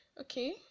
okay